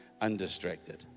Undistracted